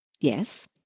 Yes